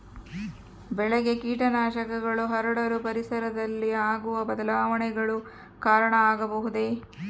ಬೆಳೆಗೆ ಕೇಟನಾಶಕಗಳು ಹರಡಲು ಪರಿಸರದಲ್ಲಿ ಆಗುವ ಬದಲಾವಣೆಗಳು ಕಾರಣ ಆಗಬಹುದೇ?